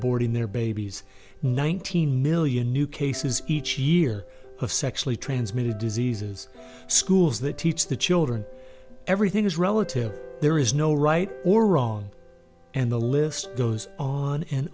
borting their babies nineteen million new cases each year of sexually transmitted diseases schools that teach the children everything is relative there is no right or wrong and the list goes on and